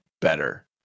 better